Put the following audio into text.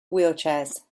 wheelchairs